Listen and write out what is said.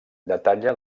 detalla